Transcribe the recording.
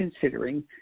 considering